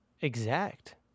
exact